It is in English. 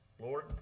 Lord